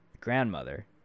grandmother